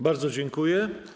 Bardzo dziękuję.